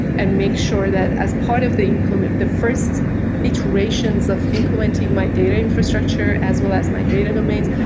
and make sure that as part of the implement. the first iterations of implementing my data infrastructure as well as my data domains,